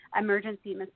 emergency